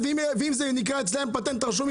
אם זה נקרא אצלם פטנט רשום,